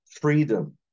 freedom